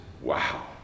Wow